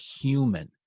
human